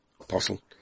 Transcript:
apostle